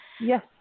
Yes